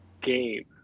game